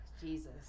Jesus